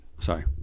Sorry